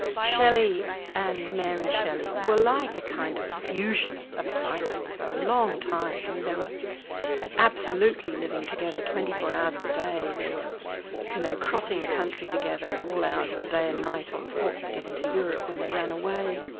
shelley and mary shelley were like a kind of fusion of a psyche for a long time. i mean they were absolutely living together twenty four hours of the day, they were you know crossing the country together at all hours of the day and night on foot, getting to europe when they ran away.